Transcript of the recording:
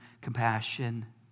compassion